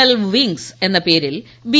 L wings എന്ന പേരിൽ B